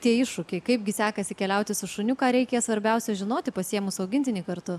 tie iššūkiai kaipgi sekasi keliauti su šuniuką reikia svarbiausia žinoti pasiėmus augintinį kartu